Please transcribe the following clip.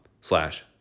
slash